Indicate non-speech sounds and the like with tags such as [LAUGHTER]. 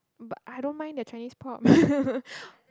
but I don't mind the Chinese pop [LAUGHS]